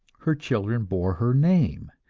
her children bore her name,